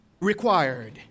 required